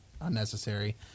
unnecessary